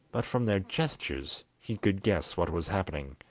but from their gestures he could guess what was happening,